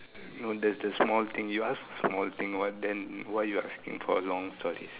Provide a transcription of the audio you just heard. no the the small thing you ask for small thing what then why you asking for long stories